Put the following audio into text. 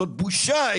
זאת בושה,